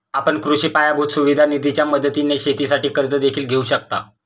आपण कृषी पायाभूत सुविधा निधीच्या मदतीने शेतीसाठी कर्ज देखील घेऊ शकता